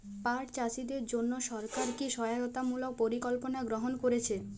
পাট চাষীদের জন্য সরকার কি কি সহায়তামূলক পরিকল্পনা গ্রহণ করেছে?